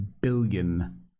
billion